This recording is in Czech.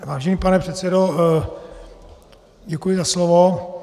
Vážený pane předsedo, děkuji za slovo.